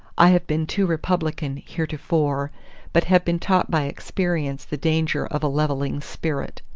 i have been too republican heretofore but have been taught by experience the danger of a leveling spirit.